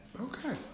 Okay